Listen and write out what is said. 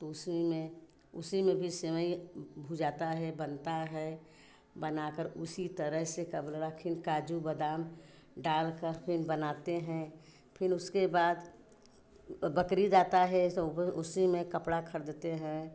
तो उसी में उसी में भी सेवईं भुजाता है बनता है बनाकर उसी तरह से का बोला का खिन काजू बदाम डालकर फिर बनाते हैं फिर उसके बाद बकरीद आता है सब उसी में कपड़ा खरीदते हैं